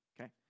okay